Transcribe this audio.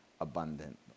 abundant